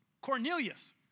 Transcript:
Cornelius